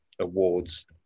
awards